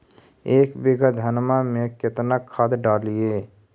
एक बीघा धन्मा में केतना खाद डालिए?